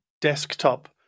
desktop